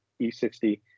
E60